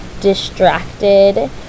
Distracted